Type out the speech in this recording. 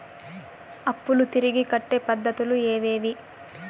అప్పులు తిరిగి కట్టే పద్ధతులు ఏవేవి